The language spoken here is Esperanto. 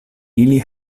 ili